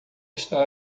está